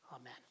amen